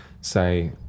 say